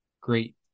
great